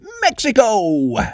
Mexico